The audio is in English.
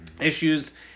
issues